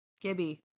Gibby